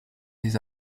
des